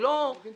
הוא לא למד